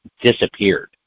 disappeared